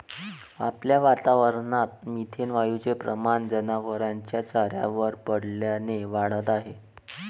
आपल्या वातावरणात मिथेन वायूचे प्रमाण जनावरांच्या चाऱ्यावर पडल्याने वाढत आहे